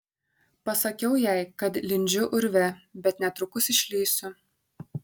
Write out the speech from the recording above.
pasakiau jai kad lindžiu urve bet netrukus išlįsiu